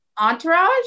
Entourage